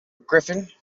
gryphon